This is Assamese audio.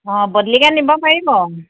অ বদলিকে নিব পাৰিব